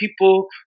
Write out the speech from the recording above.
people